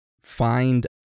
find